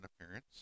appearance